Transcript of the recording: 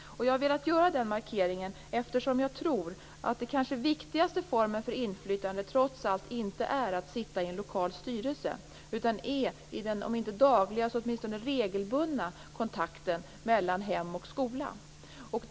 Jag har velat göra denna markering, eftersom jag tror att den kanske viktigaste formen för inflytande trots allt inte är att sitta i en lokal styrelse utan att ha om inte den dagliga kontakten så åtminstone regelbunden kontakt mellan hem och skola.